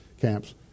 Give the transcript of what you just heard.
camps